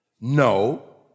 no